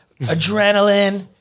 adrenaline